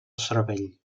cervell